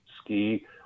ski